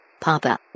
Papa